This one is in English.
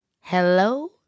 Hello